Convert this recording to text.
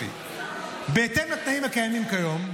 בהתאם לתנאים הקיימים כיום,